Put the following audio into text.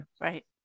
Right